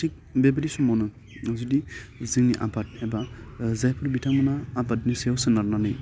थिग बे बायदि समावनो जों जुदि जोंनि आबाद एबा जायफोर बिथांमोनहा आबादनि सायाव सोनारनानै